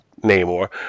Namor